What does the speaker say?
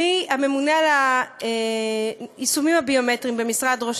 מהממונה על היישומים הביומטריים במשרד ראש